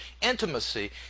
intimacy